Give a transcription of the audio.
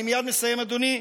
אני מייד מסיים, אדוני.